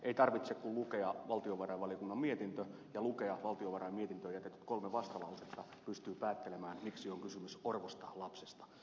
ei tarvitse kuin lukea valtiovarainvaliokunnan mietintö ja lukea valtiovarainvaliokunnan mietintöön jätetyt kolme vastalausetta niin pystyy päättelemään miksi on kysymys orvosta lapsesta